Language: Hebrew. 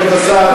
כבוד השר,